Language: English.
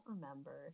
remember